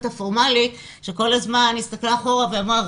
הפורמלית שכל הזמן הסתכלה אחורה ואמרה,